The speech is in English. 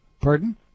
Pardon